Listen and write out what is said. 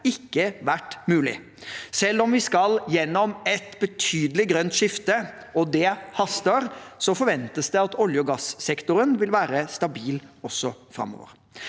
ikke vært mulig. Selv om vi skal gjennom et betydelig grønt skifte – og det haster – forventes det at olje- og gassektoren vil være stabil også framover.